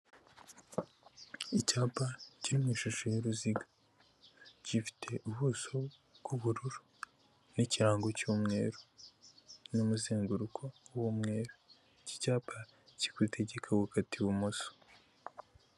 Icyapa kiri mu ishusho y'uruziga gifite ubuso bw'ubururu n'ikirango cy'umweru n'umuzenguruko w'umweru, iki cyapa kigutegeka gukata ibumoso.